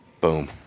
boom